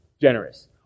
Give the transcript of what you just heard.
generous